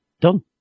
Done